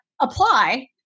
apply